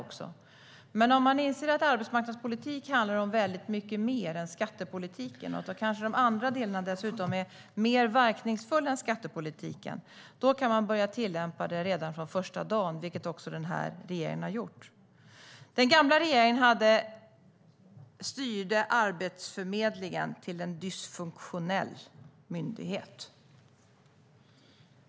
Om man däremot inser att arbetsmarknadspolitik handlar om väldigt mycket mer än skattepolitik och att de andra delarna dessutom är mer verkningsfulla än skattepolitiken kan man börja tillämpa det redan från första dagen, vilket också den här regeringen har gjort. Den gamla regeringen styrde Arbetsförmedlingen till en dysfunktionell myndighet.